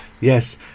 Yes